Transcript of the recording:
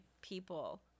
people